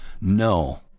No